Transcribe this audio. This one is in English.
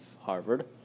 Harvard